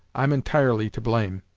i'm entirely to blame